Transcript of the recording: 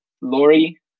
Lori